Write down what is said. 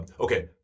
okay